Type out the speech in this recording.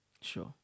Sure